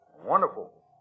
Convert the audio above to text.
Wonderful